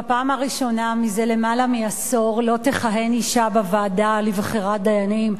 בפעם הראשונה מזה למעלה מעשור לא תכהן אשה בוועדה לבחירת דיינים.